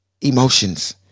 Emotions